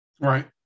Right